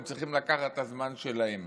הם צריכים לקחת את הזמן שלהם.